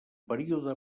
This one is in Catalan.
període